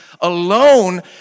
alone